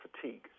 fatigue